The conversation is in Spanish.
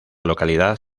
localidad